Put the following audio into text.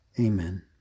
Amen